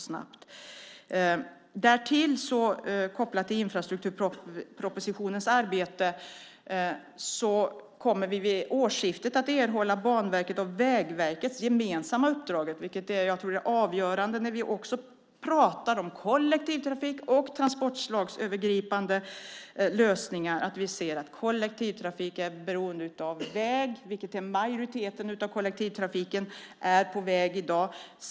Därtill kommer vi, kopplat till infrastrukturpropositionens arbete, vid årsskiftet att erhålla Banverkets och Vägverkets gemensamma uppdrag. När det gäller kollektivtrafik och transportslagsövergripande lösningar tror jag att det är avgörande att den största delen av kollektivtrafiken är beroende av väg i dag.